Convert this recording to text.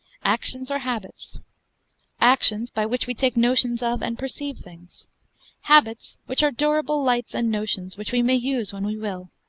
actions or habits actions, by which we take notions of, and perceive things habits, which are durable lights and notions, which we may use when we will.